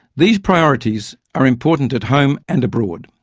these priorities are important at home and abroad.